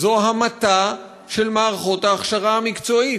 זה המתה של מערכות ההכשרה המקצועית.